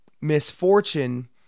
misfortune